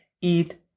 eat